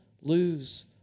lose